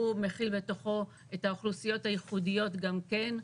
והוא מכיל בתוכו את האוכלוסיות הייחודיות גם כן,